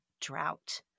drought